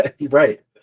right